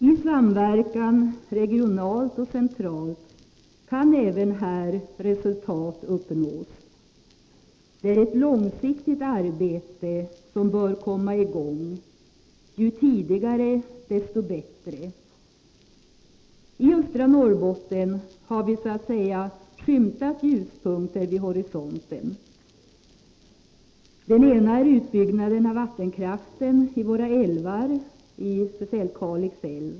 I samverkan regionalt och centralt kan även här resultat uppnås. Det är ett långsiktigt arbete, som bör komma i gång — ju tidigare desto bättre. I östra Norrbotten har vi så att säga skymtat ljuspunkter vid horisonten. Den ena är utbyggnaden av vattenkraften i våra älvar — speciellt Kalix älv.